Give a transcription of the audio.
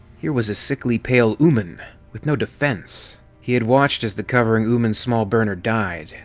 here was a sickly, pale ooman with no defense! he had watched as the cowering ooman's small burner died,